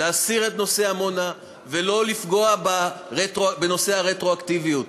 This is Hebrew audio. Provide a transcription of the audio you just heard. להסיר את נושא עמונה ולא לפגוע בנושא הרטרואקטיביות.